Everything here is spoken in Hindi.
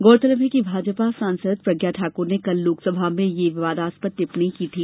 गौरतलब है कि भाजपा सांसद प्रज्ञा ठाकुर ने कल लोकसभा में यह विवादास्पद टिप्पणी की थी